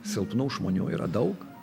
silpnų žmonių yra daug